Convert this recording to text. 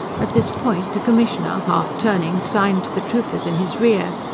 at this point the commissioner, half turning, signed to the troopers in his rear.